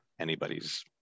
anybody's